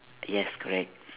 yes correct